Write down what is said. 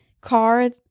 car